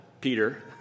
Peter